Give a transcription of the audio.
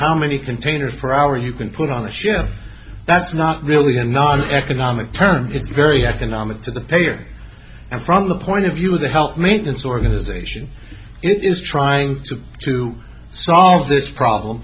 how many container for our you can put on this year that's not really a non economic term it's very economic to the payer and from the point of view of the health maintenance organization it is trying to solve this problem